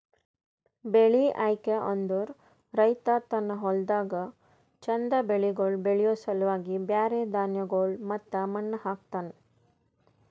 ಬೆಳಿ ಆಯ್ಕೆ ಅಂದುರ್ ರೈತ ತನ್ನ ಹೊಲ್ದಾಗ್ ಚಂದ್ ಬೆಳಿಗೊಳ್ ಬೆಳಿಯೋ ಸಲುವಾಗಿ ಬ್ಯಾರೆ ಧಾನ್ಯಗೊಳ್ ಮತ್ತ ಮಣ್ಣ ಹಾಕ್ತನ್